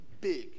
big